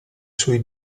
sui